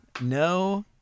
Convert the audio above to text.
No